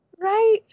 right